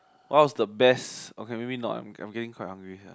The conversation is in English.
what was the best okay maybe not I am I am getting quite hungry sia